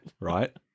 right